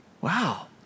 Wow